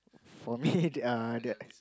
for me uh that's